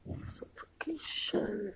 Suffocation